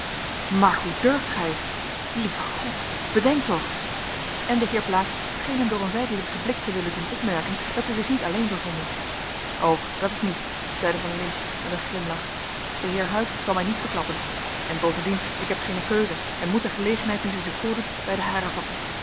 maar hoe durft gij lieve god bedenk toch en de heer blaek scheen hem door een zijdelingschen blik te willen doen opmerken dat zij zich niet alleen bevonden o dat is niets zeide van lintz met een glimlach de heer huyck zal mij niet verklappen en bovendien ik heb geene keuze en moet de gelegenheid nu zij zich voordoet bij de haren vatten